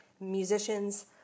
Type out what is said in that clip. Musicians